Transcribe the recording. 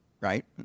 right